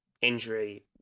injury